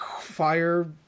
fire